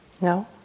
No